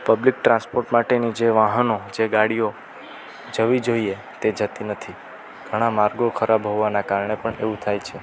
public transport માટેની જે વાહનો જે ગાડીઓ જવી જોઈએ તે જતી નથી ઘણા માર્ગો ખરાબ હોવાના કારણે પણ એવું થાય છે